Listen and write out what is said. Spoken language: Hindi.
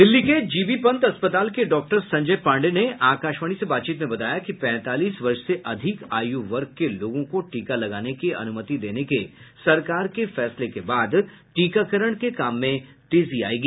दिल्ली के जीबी पंत अस्पताल के डॉक्टर संजय पांडेय ने आकाशवाणी से बातचीत में बताया कि पैंतालीस वर्ष से अधिक आयू वर्ग के लोगों को टीका लगाने की अनुमति देने के सरकार के फैसले के बाद टीकाकरण के काम में तेजी आएगी